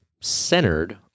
centered